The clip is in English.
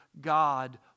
God